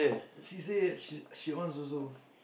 she says she she wants also